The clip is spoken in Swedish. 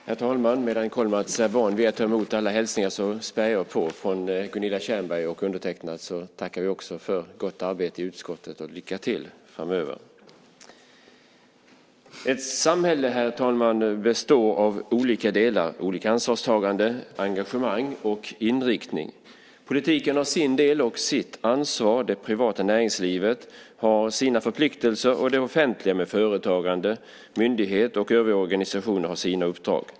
Herr talman! Kollmats är van vid att ta emot alla hälsningar, så jag spär på från Gunilla Tjernberg och undertecknad. Vi tackar också för gott arbete i utskottet och önskar lycka till framöver. Ett samhälle, herr talman, består av olika delar. Det är olika ansvarstaganden, engagemang och inriktningar. Politiken har sin del och sitt ansvar. Det privata näringslivet har sina förpliktelser. Det offentliga, med företagande, myndigheter och övriga organisationer har sina uppdrag.